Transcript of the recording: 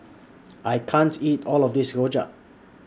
I can't eat All of This Rojak